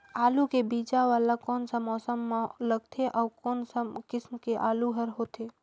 आलू के बीजा वाला कोन सा मौसम म लगथे अउ कोन सा किसम के आलू हर होथे?